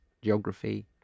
Geography